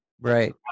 Right